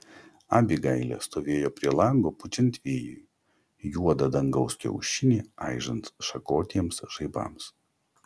abigailė stovėjo prie lango pučiant vėjui juodą dangaus kiaušinį aižant šakotiems žaibams